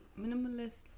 Minimalist